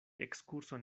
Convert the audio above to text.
ekskurson